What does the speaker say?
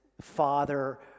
father